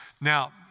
Now